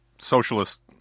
socialist